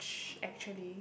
actually